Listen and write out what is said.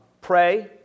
pray